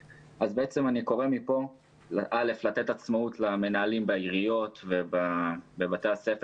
אני קורא מפה לתת עצמאות למנהלים בעיריות ובבתי הספר